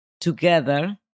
together